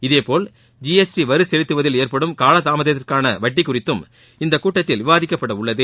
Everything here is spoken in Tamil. இதேபோல் ஜிஎஸ்டி வரி செலுத்துவதில் ஏற்படும் கால தாமதத்திற்கான வட்டி குறித்தும் இக்கூட்டத்தில் விவாதிக்கப்படவுள்ளது